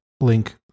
link